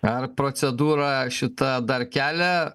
ar procedūra šita dar kelia